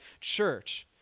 church